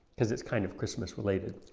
because it's kind of christmas related,